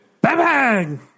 Bang